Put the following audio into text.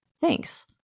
Thanks